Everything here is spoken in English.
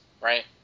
right